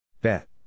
Bet